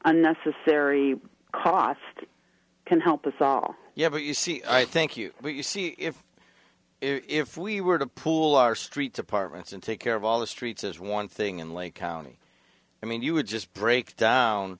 unnecessary cost can help us all you have you see i think you see if if we were to pull our streets apartments and take care of all the streets as one thing in lake county i mean you would just break down